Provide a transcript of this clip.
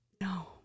no